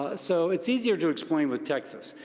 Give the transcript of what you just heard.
ah so, it's easier to explain with texas.